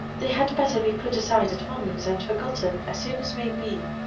they had better be put aside at once, and forgotten as soon as may be,